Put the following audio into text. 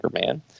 Man